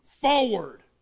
forward